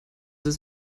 ist